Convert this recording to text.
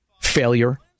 failure